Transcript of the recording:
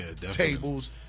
tables